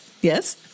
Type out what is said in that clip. Yes